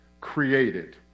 created